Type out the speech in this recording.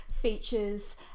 features